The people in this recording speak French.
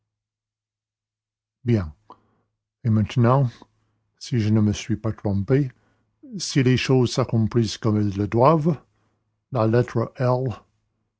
et maintenant si je ne me suis pas trompé si les choses s'accomplissent comme elles le doivent la lettre